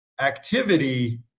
activity